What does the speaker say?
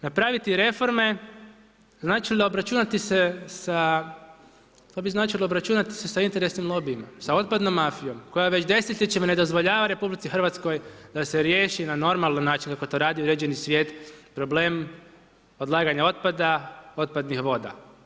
Napraviti reforme znači obračunati se sa, to bi značilo obračunati se sa interesnim lobijima, sa otpadnom mafijom koja već desetljećima ne dozvoljava RH da je se riješi na normalan način kako to radi uređeni svijet, problem odlaganja otpada, otpadnih voda.